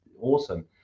awesome